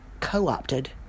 co-opted